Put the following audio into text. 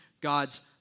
God's